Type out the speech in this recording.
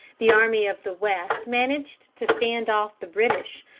the army of the west managed to stand off the british,